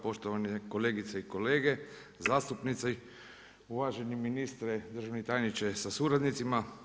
Poštovane kolegice i kolege, zastupnici, uvaženi ministre, državni tajniče sa suradnicima.